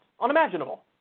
unimaginable